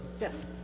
Yes